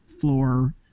floor